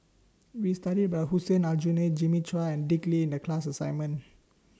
We studied about Hussein Aljunied Jimmy Chua and Dick Lee in The class assignment